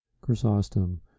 chrysostom